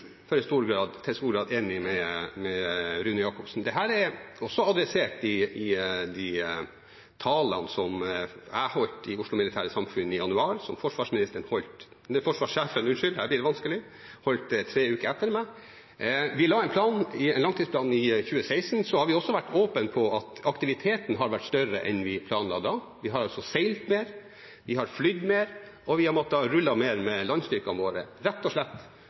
også i stor grad enig med Rune Jakobsen. Dette er også adressert i de talene som jeg holdt i Oslo Militære Samfund i januar, og talen som forsvarssjefen holdt tre uker etter meg. Vi la en langtidsplan i 2016. Vi har også vært åpne på at aktiviteten har vært større enn vi planla da. Vi har seilt mer, vi har flydd mer, og vi har måttet rulle mer med landstyrkene våre – rett og slett